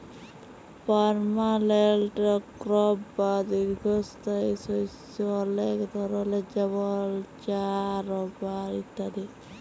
permanent crop বা দীঘ্ঘস্থায়ী শস্য অলেক ধরলের যেমল চাঁ, রাবার ইত্যাদি